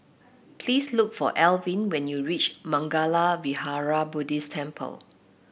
please look for Elvin when you reach Mangala Vihara Buddhist Temple